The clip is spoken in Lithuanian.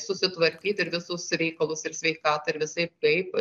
susitvarkyt ir visus reikalus ir sveikatą ir visaip kaip